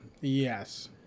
Yes